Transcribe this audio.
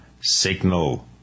signal